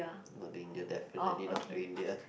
not to India definitely not to India